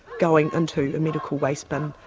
going into a medical waste bin,